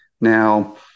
now